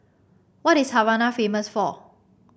what is Havana famous for